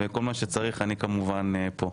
וכל מה שצריך אני כמובן פה.